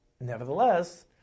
Nevertheless